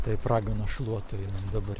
taip raganos šluotų einam dabar